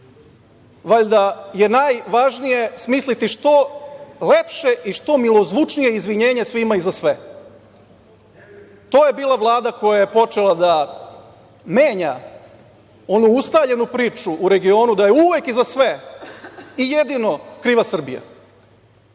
valjda je najvažnije smisliti što lepše i što milozvučnije izvinjenje svima i za sve. To je bila vlada koja je počela da menja onu ustaljenu priču u regionu, da je uvek i za sve i jedino kriva Srbija.